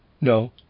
No